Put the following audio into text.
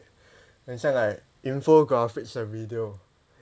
很像 like infographic 的 video